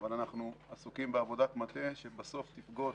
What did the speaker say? אבל אנחנו עסוקים בעבודת מטה שבסוף תפגוש